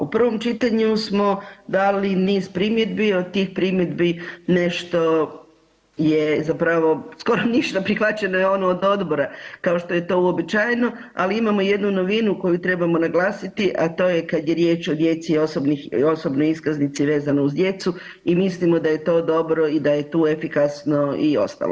U prvom čitanju smo dali niz primjedbi, od tih primjedbi nešto je, zapravo skoro ništa, prihvaćeno je ono od odbora, kao što je to uobičajeno, ali imamo jednu novinu koju trebamo naglasiti, a to je kad je riječ o djeci osobnih, o osobnoj iskaznici vezano uz djeci i mislimo da je to dobro i da je tu efikasno i ostalo.